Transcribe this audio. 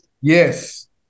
Yes